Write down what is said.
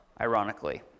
Ironically